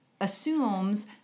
assumes